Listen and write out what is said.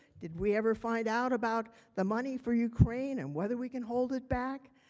did we ever find out about the money for ukraine and whether we can hold it back?